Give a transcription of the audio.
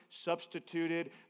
substituted